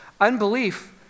Unbelief